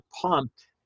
pumped